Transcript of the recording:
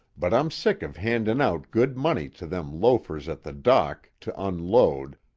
but i'm sick of handin' out good money to them loafers at the dock to unload,